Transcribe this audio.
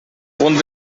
punt